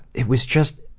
it was just,